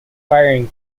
firing